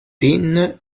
pin